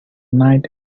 night